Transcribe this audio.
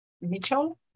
Mitchell